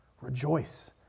Rejoice